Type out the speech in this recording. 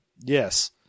Yes